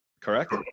Correct